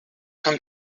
come